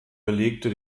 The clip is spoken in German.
belegte